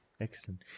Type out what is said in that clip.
excellent